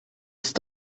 ist